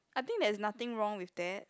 I think there's nothing wrong with that